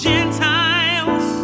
Gentiles